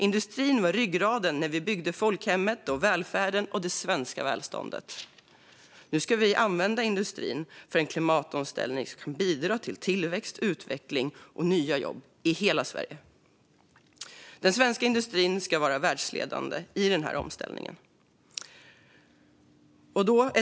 Industrin var ryggraden när vi byggde folkhemmet, välfärden och det svenska välståndet. Nu ska vi använda industrin för en klimatomställning som kan bidra till tillväxt, utveckling och nya jobb i hela Sverige. Den svenska industrin ska vara världsledande i denna omställning.